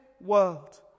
world